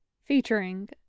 Featuring